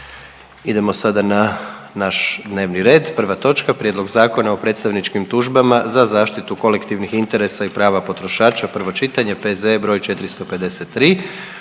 Idemo sada na naš dnevni red, prva točka: - Prijedlog Zakona o predstavničkim tužbama za zaštitu kolektivnih interesa i prava potrošača, prvo čitanje, P.Z.E. br. 453.